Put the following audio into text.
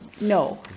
No